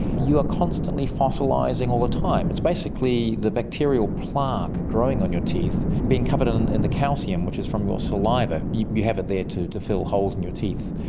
you are constantly fossilising all the time. it's basically the bacterial plaque growing on your teeth being covered in the calcium which is from your saliva. you you have it there to to fill holes in your teeth,